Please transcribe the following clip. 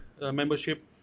membership